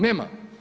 Nema.